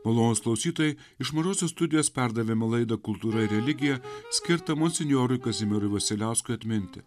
malonūs klausytojai iš mažosios studijos perdavėme laidą kultūra ir religija skirtą monsinjorui kazimierui vasiliauskui atminti